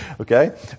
Okay